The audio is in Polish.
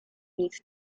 nic